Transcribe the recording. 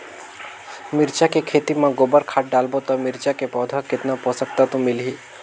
मिरचा के खेती मां गोबर खाद डालबो ता मिरचा के पौधा कितन पोषक तत्व मिलही?